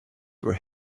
were